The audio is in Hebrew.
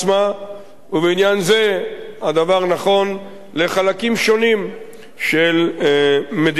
ובעניין זה הדבר נכון לחלקים שונים של מדינת ישראל,